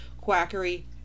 quackery